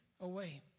away